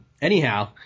anyhow